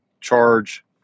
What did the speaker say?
charge